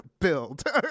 build